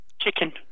Chicken